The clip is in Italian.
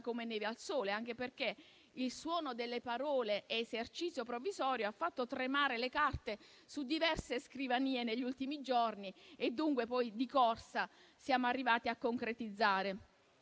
come neve al sole, anche perché il suono delle parole è esercizio provvisorio, ha fatto tremare le carte su diverse scrivanie negli ultimi giorni e dunque di corsa siamo arrivati a concretizzare.